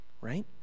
right